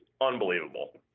unbelievable